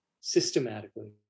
systematically